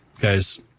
guy's